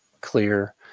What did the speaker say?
clear